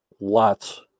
lots